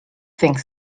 think